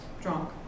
drunk